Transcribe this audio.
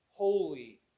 Holy